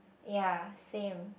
ya same